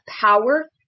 power